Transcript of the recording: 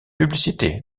publicité